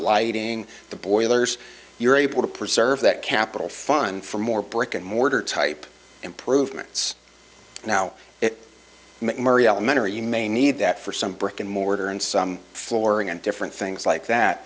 lighting the boilers you're able to preserve that capital fun for more brick and mortar type improvements now mcmurry elementary you may need that for some brick and mortar and some flooring and different things like that